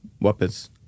weapons